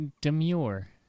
demure